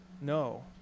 No